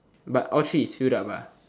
but all three is filled up